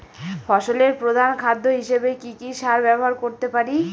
ফসলের প্রধান খাদ্য হিসেবে কি কি সার ব্যবহার করতে পারি?